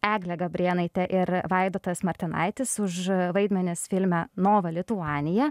eglė gabrėnaitė ir vaidotas martinaitis už vaidmenis filme nova lituanija